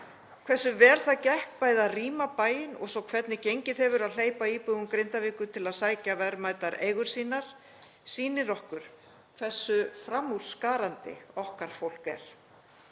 Hversu vel það gekk bæði að rýma bæinn og svo hvernig gengið hefur að hleypa íbúum Grindavíkur til að sækja verðmætar eigur sínar, sýnir okkur hversu framúrskarandi okkar fólk er.